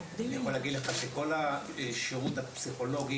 אני יכול להגיד לך שכל השירות הפסיכולוגי